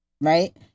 Right